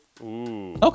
Okay